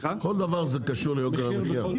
כל דבר קשור ליוקר המחיה.